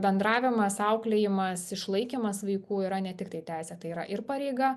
bendravimas auklėjimas išlaikymas vaikų yra netiktai teisė tai yra ir pareiga